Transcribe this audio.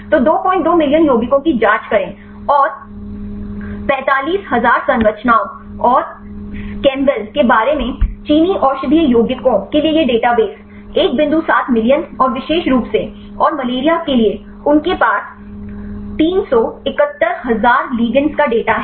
तो 22 मिलियन यौगिकों की जांच करें और 45000 संरचनाओं और केमबेल के बारे में चीनी औषधीय यौगिकों के लिए यह डेटाबेस एक बिंदु सात मिलियन और विशेष रूप से और मलेरिया के लिए उनके पास 371000 igands का डेटा है